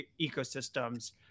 ecosystems